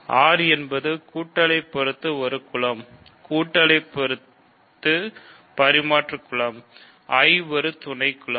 R என்பது கூட்டலை பொறுத்து ஒரு குலம் கூட்டலை பொறுத்து பரிமாற்று குலம் I ஒரு துணைக்குலம்